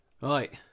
Right